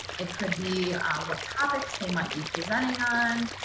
it could be what topics they might be presenting on,